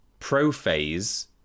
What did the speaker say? prophase